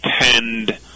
tend